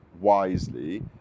wisely